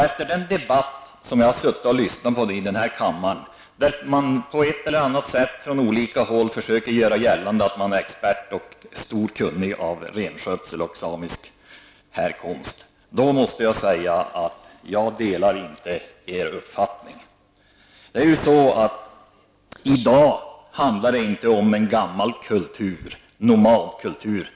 Efter den debatt som jag nu har lyssnat på här i kammaren -- från olika håll har man här på det ena eller andra sättet försökt göra gällande att man är expert på samisk härkomst och mycket kunnig i renskötsel -- måste jag säga: Jag delar inte er uppfattning! I dag handlar det inte om en gammal nomadkultur.